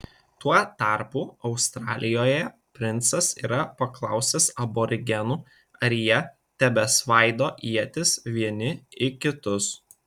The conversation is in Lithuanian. tuo tarpu australijoje princas yra paklausęs aborigenų ar jie tebesvaido ietis vieni į kitus